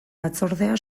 batzordea